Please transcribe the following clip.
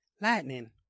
Lightning